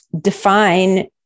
define